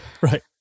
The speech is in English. right